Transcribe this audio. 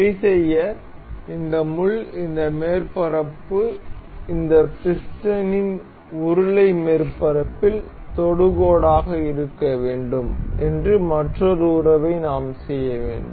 சரிசெய்ய இந்த முள் இந்த மேற்பரப்பு இந்த பிஸ்டனின் உருளை மேற்பரப்பில் தொடுகோடு இருக்க வேண்டும் என்று மற்றொரு உறவை நாம் செய்ய வேண்டும்